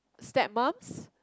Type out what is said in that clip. stepmoms